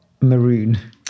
maroon